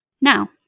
Now